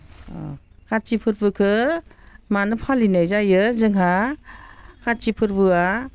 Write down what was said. काथि फोरबोखौ मानो फालिनाय जायो जोंहा खाथि फोरबोआ